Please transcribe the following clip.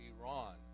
Iran